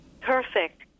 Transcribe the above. Perfect